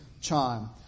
chime